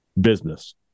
business